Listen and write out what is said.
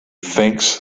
thinks